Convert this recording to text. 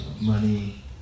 money